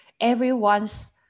everyone's